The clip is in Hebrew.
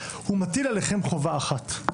הוא מטיל עליכם חובה אחת,